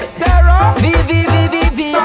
stereo